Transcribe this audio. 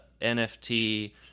nft